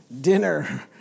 dinner